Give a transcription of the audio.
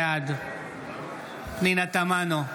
בעד פנינה תמנו,